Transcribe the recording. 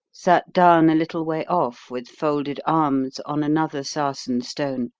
sat down a little way off with folded arms on another sarsen-stone,